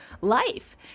life